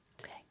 Okay